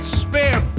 spare